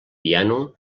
piano